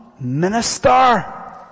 minister